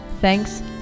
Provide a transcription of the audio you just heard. Thanks